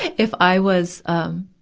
if i was, um,